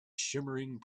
shimmering